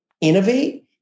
innovate